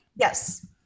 Yes